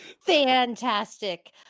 Fantastic